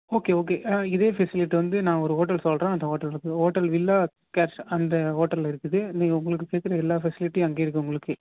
okay okay இதே facility வந்து நான் ஒரு ஹோட்டல் சொல்கிறேன் அந்த ஹோட்டலுக்கு போ ஹோட்டல் வில்லா கேப்ஸ் அந்த ஹோட்டல் இருக்குது நீங்கள் உங்களுக்கு கேட்குற எல்லா ஃபெசிலிட்டியும் அங்கே இருக்குது உங்களுக்கே